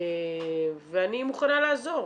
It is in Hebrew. ואני מוכנה לעזור.